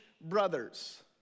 brothers